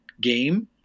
game